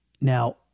Now